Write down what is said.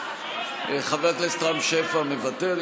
חבר הכנסת רם שפע, מוותר.